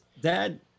dad